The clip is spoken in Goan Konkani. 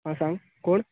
आ सांग कोण